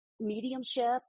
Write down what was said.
mediumship